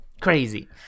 Crazy